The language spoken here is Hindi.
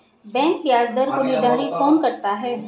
बैंक ब्याज दर को निर्धारित कौन करता है?